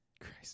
Christ